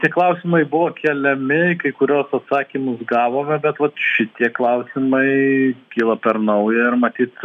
tie klausimai buvo keliami kai kuriuos atsakymus gavome bet vat šitie klausimai kyla per nauja ir matyt